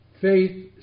faith